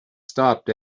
stopped